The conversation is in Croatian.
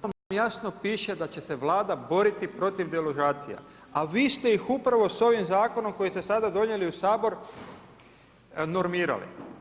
tamo vam jasno piše da će Vlada boriti protiv deložacija a vi ste ih upravo s ovim zakonom koji ste sada donijeli u Sabor, normirali.